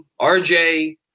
RJ